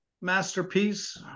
Masterpiece